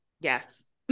Yes